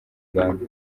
rwanda